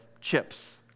chips